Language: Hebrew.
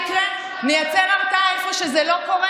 לא, בוסו, אתה, הילדים שלך לא בבית.